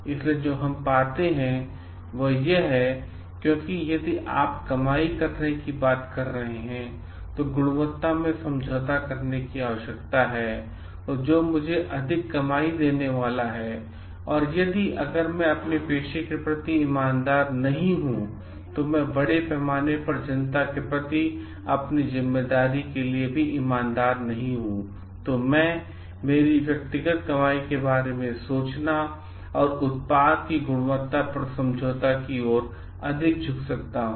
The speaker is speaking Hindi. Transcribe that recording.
इसलिए जो हम पाते हैं वह यह है क्योंकि यदि आप कमाई करने की बात कर रहे हैं तो गुणवत्ता में समझौता करने की आवश्यकता है जो मुझे अधिक कमाई देने वाला है और यदि अगर मैं अपने पेशे के प्रति ईमानदार नहीं हूँ तो मैं बड़े पैमाने पर जनता के प्रति अपनी ज़िम्मेदारी के लिए ईमानदार नहीं हूँ तो मैं मेरी व्यक्तिगत कमाई के बारे में सोचना और उत्पाद की गुणवत्ता पर समझौता की ओर अधिक झुक सकता हूं